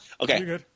okay